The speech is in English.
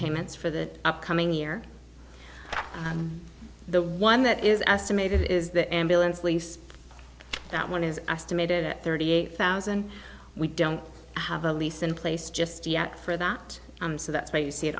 payments for the upcoming year the one that is estimated is the ambulance lease that one is estimated at thirty eight thousand we don't have a lease in place just yet for that and so that's why you see it